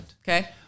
Okay